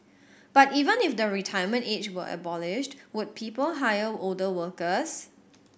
but even if the retirement age were abolished would people hire older workers